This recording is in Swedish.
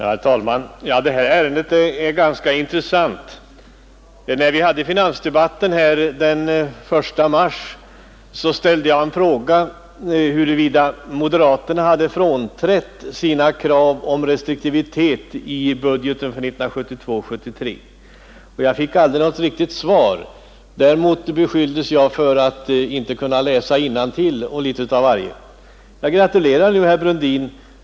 Herr talman! Det här ärendet är ganska intressant. När vi hade finansdebatten här den 1 mars ställde jag en fråga huruvida moderaterna hade frånträtt sina krav om restriktivitet i budgeten för 1972/73. Jag fick aldrig något riktigt svar. Däremot beskylldes jag för att inte kunna läsa innantill och litet av varje. Jag gratulerar nu herr Brundin.